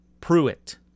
Pruitt